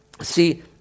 See